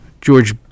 George